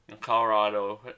Colorado